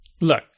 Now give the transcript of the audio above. Look